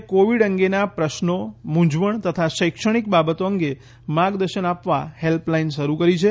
એ Covid અંગેના પ્રશ્નો મુંઝવણ તથા શૈક્ષણિક બાબતો અંગે માર્ગદર્શન આપવા હેલ્પલાઇન શરૂ કરી છે